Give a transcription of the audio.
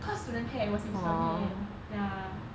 cause student care it was student care ya